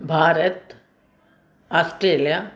Bharat Australia